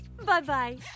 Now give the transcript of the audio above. Bye-bye